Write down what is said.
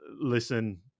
listen